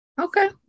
Okay